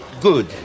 good